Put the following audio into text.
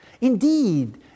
indeed